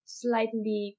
slightly